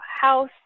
house